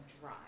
Dry